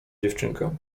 dziewczynkę